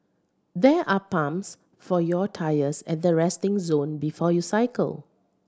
there are pumps for your tyres at the resting zone before you cycle